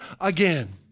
again